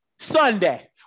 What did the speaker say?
Sunday